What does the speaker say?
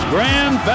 Grand